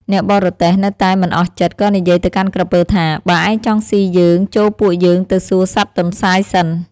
អ្នកបរទេះនៅតែមិនអស់ចិត្ត ក៏និយាយទៅកាន់ក្រពើថា "បើឯងចង់សុីយើង ចូលពួកយើងទៅសួរសត្វទន្សាយសិន"